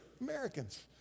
Americans